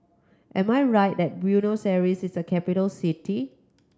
am I right that Buenos Aires is a capital city